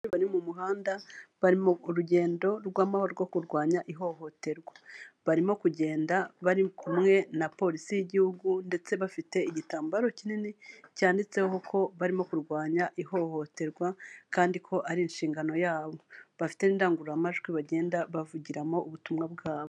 Aba bari mu muhanda bari mu rugendo rw'amahoro rwo kurwanya ihohoterwa, barimo kugenda bari kumwe na polisi y'igihugu ndetse bafite igitambaro kinini cyanditseho ko barimo kurwanya ihohoterwa kandi ko ari inshingano yabo, bafite n'indangururamajwi bagenda bavugiramo ubutumwa bwabo.